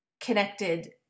connected